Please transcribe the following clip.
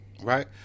Right